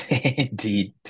indeed